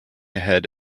ahead